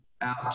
out